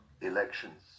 elections